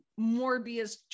Morbius